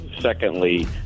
Secondly